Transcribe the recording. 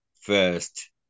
first